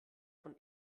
von